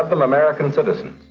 um american citizens,